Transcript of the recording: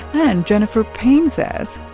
and jennifer payne says,